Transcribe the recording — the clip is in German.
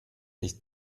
nicht